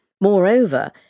Moreover